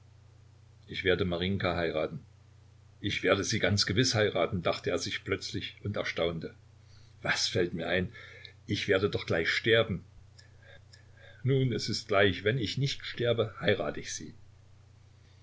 ich werde marinjka heiraten ich werde sie ganz gewiß heiraten dachte er sich plötzlich und erstaunte was fällt mir ein ich werde doch gleich sterben nun es ist gleich wenn ich nicht sterbe heirate ich sie